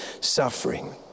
suffering